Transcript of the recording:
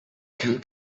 can